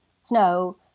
snow